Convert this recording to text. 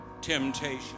temptation